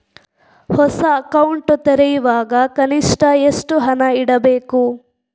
ಹೊಸ ಅಕೌಂಟ್ ತೆರೆಯುವಾಗ ಕನಿಷ್ಠ ಎಷ್ಟು ಹಣ ಇಡಬೇಕು?